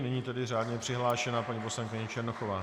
Nyní tedy řádně přihlášená paní poslankyně Černochová.